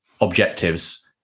objectives